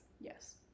Yes